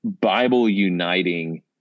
Bible-uniting